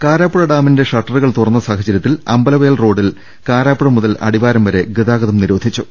കാരാപ്പുഴ ഡാമിന്റെ ഷട്ടറുകൾ തുറന്ന സാഹചര്യത്തിൽ അമ്പലവയൽ റോഡിൽ കാരാപ്പുഴ മുതൽ അടിവാരം വരെ ഗതാഗതം നിരോധിച്ചു